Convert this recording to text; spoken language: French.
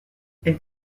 elle